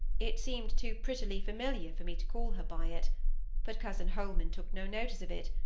it seemed too prettily familiar for me to call her by it but cousin holman took no notice of it,